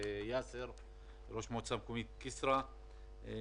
ויאסר ג'דבאן ראש המועצה המקומית כסרא סמיע.